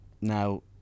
Now